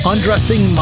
Undressing